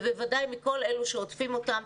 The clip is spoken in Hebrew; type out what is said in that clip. ובוודאי מכל אלה שעוטפים אותם,